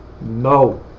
No